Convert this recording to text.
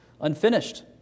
unfinished